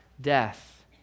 death